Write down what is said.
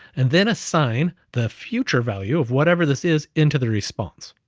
and then assign the future value of whatever this is into the response.